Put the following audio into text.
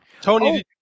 tony